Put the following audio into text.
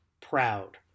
proud